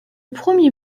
premier